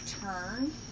turn